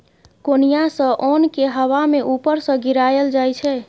कोनियाँ सँ ओन केँ हबा मे उपर सँ गिराएल जाइ छै